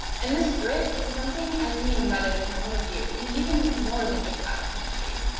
and this grit is something i see embedded in all of you in even more than just biochemistry.